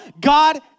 god